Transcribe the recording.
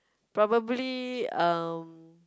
probably um